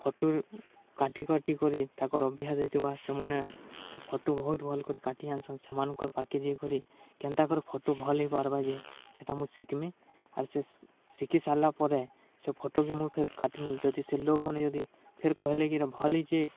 photo କାଟି କାଟି କରି ତାକର୍ ଅଭ୍ୟାସ୍ ହେଇଥିବା ସେମାନେ ସେ ଫଟୋ ବହୁତ୍ ଭଲ୍ କରି କାଟି ଯାନ୍ସନ୍ ସେମାନଙ୍କର୍ ପାଖ୍କେ ଯାଇକରି କେନ୍ତା କରି ଫଟୁ ଭଲ୍ ହେଇପାର୍ବା ଯେ ସେଟା ମୁଇଁ ଶିଖ୍ମି ଆର୍ ସେ ଶିଖିସାର୍ଲା ପରେ ସେ ଫଟୋକେ ମୁଇଁ ଫେର୍ କାଟ୍ମି ଯଦି ସେ ଲୋକ୍ମାନେ ଯଦି ଫେର୍ କହିଲେ କି ଇଟା ଭଲ୍ ହେଇଛେ